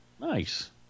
nice